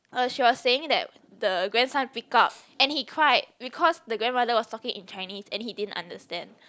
uh she was saying that the grandson pick up and he cried because the grandmother was talking in Chinese and he didn't understand